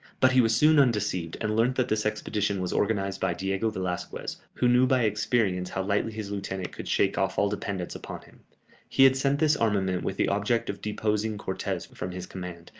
but he was soon undeceived, and learnt that this expedition was organized by diego velasquez, who knew by experience how lightly his lieutenant could shake off all dependence upon him he had sent this armament with the object of deposing cortes from his command,